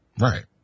Right